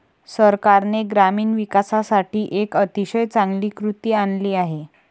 सरकारने ग्रामीण विकासासाठी एक अतिशय चांगली कृती आणली आहे